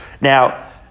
Now